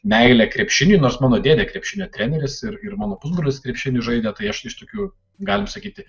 meilė krepšiniui nors mano dėdė krepšinio treneris ir ir mano pusbrolis krepšinį žaidė tai aš iš tokių galim sakyti